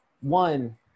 One